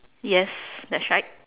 yes that's right